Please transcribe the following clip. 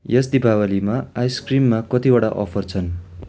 यस दीपावलीमा आइसक्रिममा कतिवटा अफर छन्